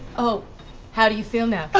ah how do you feel now?